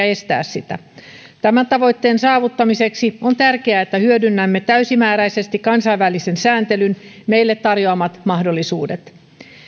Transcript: estää sitä tämän tavoitteen saavuttamiseksi on tärkeää että hyödynnämme täysimääräisesti kansainvälisen sääntelyn meille tarjoamat mahdollisuudet